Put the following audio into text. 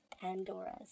Pandora's